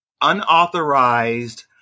unauthorized